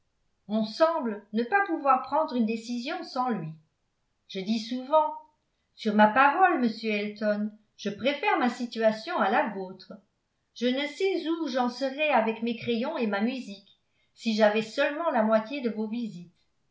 semble ne pas pouvoir prendre une décision sans lui je dis souvent sur ma parole monsieur elton je préfère ma situation à la vôtre je ne sais où j'en serais avec mes crayons et ma musique si j'avais seulement la moitié de vos visites